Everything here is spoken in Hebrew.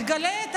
תגלה את